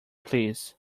please